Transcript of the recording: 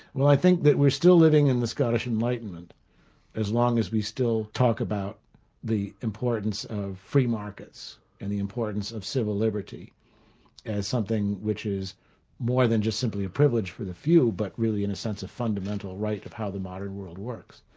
well i think that we're still living in the scottish enlightenment as long as we still talk about the importance of free markets and the importance of civil liberty as something which is more than just simply a privilege for the few, but really in a sense a fundamental right of how the modern world works.